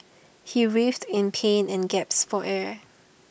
he writhed in pain and gasped for air